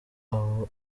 abo